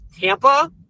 Tampa